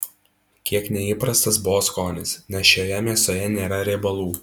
kiek neįprastas buvo skonis nes šioje mėsoje nėra riebalų